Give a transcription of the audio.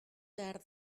behar